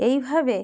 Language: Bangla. এইভাবে